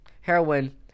heroin